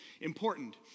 Important